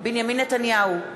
בנימין נתניהו,